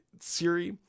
Siri